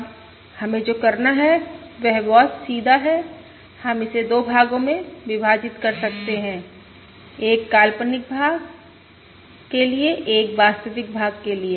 अब हमें जो करना है वह बहुत सीधा है हम इसे 2 भागों में विभाजित कर सकते हैं एक काल्पनिक भाग के लिए एक वास्तविक भाग के लिए